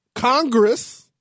Congress